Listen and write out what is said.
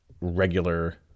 regular